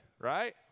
right